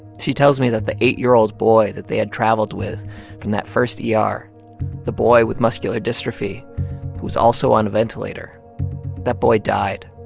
she tells me that the eight year old boy that they had traveled with from that first er, the boy with muscular dystrophy who was also on a ventilator that boy died,